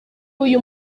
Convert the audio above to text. uyu